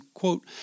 quote